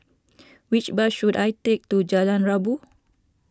which bus should I take to Jalan Rabu